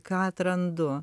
ką atrandu